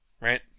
right